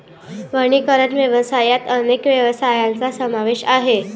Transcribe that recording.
वनीकरण व्यवसायात अनेक व्यवसायांचा समावेश आहे